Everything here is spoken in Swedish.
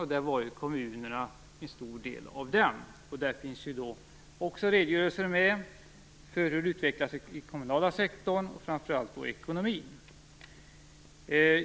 En stor del av vårpropositionen handlade ju om kommunerna. Där fanns det också redogörelser för utvecklingen inom den kommunala sektorn, framför allt i fråga om ekonomin.